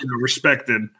Respected